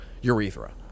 urethra